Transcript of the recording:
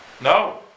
no